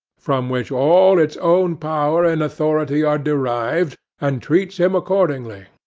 from which all its own power and authority are derived, and treats him accordingly.